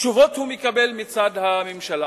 תשובות הוא מקבל מצד הממשלה.